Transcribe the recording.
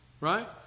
Right